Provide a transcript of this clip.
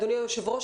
אדוני היושב-ראש,